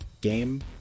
game